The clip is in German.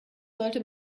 sollte